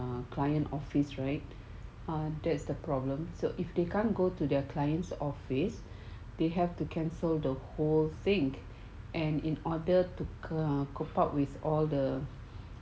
a client office right that's the problem so if they can't go to their clients office they have to cancel the whole thing and in order to cope up with all the